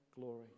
glory